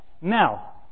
Now